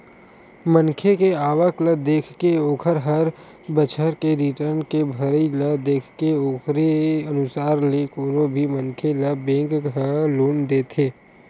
मनखे के आवक ल देखके ओखर हर बछर के रिर्टन के भरई ल देखके ओखरे अनुसार ले कोनो भी मनखे ल बेंक ह लोन देथे